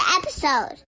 episode